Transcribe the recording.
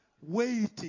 waiting